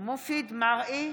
מופיד מרעי,